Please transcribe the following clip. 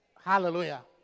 Hallelujah